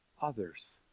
Others